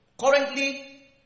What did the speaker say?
currently